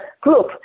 group